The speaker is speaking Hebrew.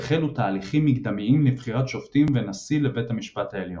והחלו תהליכים מקדמיים לבחירת שופטים ונשיא לבית המשפט העליון.